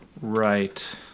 Right